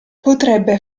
potrebbe